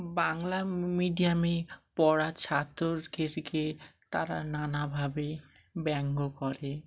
বাংলা মিডিয়ামে পড়া ছাত্রকে তারা নানাভাবে ব্যঙ্গ করে